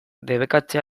debekatzea